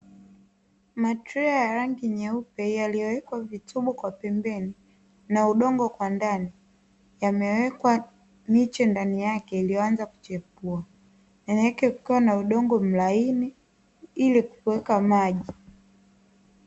Matrei ya rangi nyeupe yaliyowekwa vitobo kwa pembeni na udongo kwa ndani, yamewekwa miche ndani yake iliyoanza kuchipua ndani yake kukiwa na udongo laini ili kuweka maji.